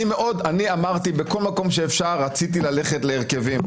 אני אמרתי, בכל מקום שאפשר רציתי ללכת להרכבים.